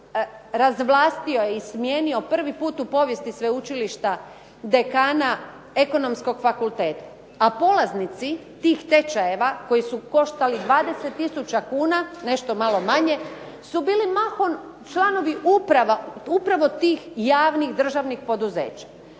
razvlastio je i smijenio prvi put u povijesti sveučilišta dekana Ekonomskog fakulteta, a polaznici tih tečajeva koji su koštali 20 tisuća kuna, nešto malo manje, su bili mahom članovi uprava upravo tih javnih državnih poduzeća